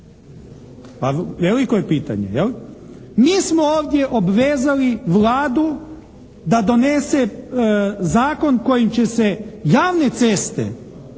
A veliko je pitanje. Mi smo ovdje obvezali Vladu da donese zakon kojim će se javne ceste